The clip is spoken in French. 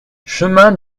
chemin